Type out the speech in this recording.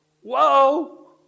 whoa